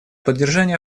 поддержания